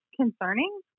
concerning